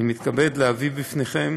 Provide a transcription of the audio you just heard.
אני מתכבד להביא לפניכם